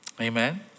Amen